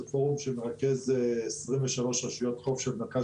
זה פורום שמרכז 23 רשויות חוף של מרכז